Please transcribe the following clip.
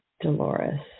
Dolores